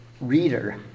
reader